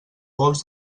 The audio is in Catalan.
pols